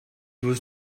was